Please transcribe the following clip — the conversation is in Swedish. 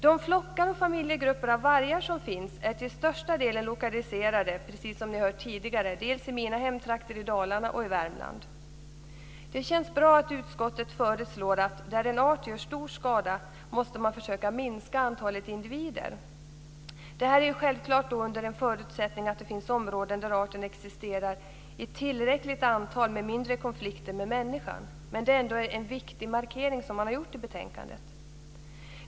De flockar och familjegrupper av vargar som finns är, som ni har hört tidigare, till största delen lokaliserade till mina hemtrakter i Dalarna och till Värmland. Det känns bra att utskottet föreslår att där en art gör stor skada måste man försöka minska antalet individer. Det här är självfallet under förutsättning att det finns områden där arten existerar i tillräckligt antal med mindre konflikter med människan. Det är ändå en viktig markering som man har gjort i betänkandet.